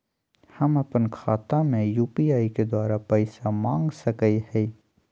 हम अपन खाता में यू.पी.आई के द्वारा पैसा मांग सकई हई?